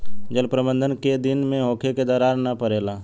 जल प्रबंधन केय दिन में होखे कि दरार न परेला?